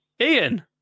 Ian